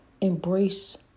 Embrace